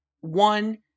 one